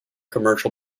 commercial